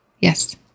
yes